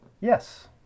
Yes